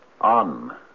On